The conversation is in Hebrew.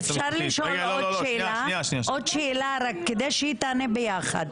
אפשר לשאול עוד שאלה כדי שהיא תענה ביחד?